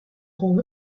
haul